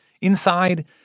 Inside